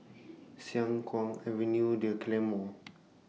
Siang Kuang Avenue The Claymore